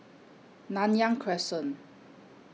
Nanyang Crescent